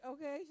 Okay